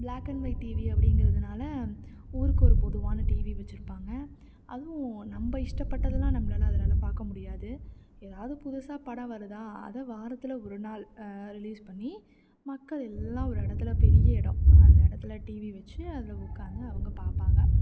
black and white TV அப்படிங்கிறதுனால ஊருக்கு ஒரு பொதுவான டிவி வெச்சுருப்பாங்க அதுவும் நம்ம இஷ்டப்பட்டதெல்லாம் நம்மளால் அதிலெல்லாம் பார்க்க முடியாது ஏதாவது புதுசாக படம் வருதா அதை வாரத்தில் ஒரு நாள் ரிலீஸ் பண்ணி மக்கள் எல்லாம் ஒரு இடத்தில பெரிய இடம் அந்த இடத்துல டிவி வெச்சு அதில் உக்கார்ந்து அவங்க பார்ப்பாங்க